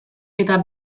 eta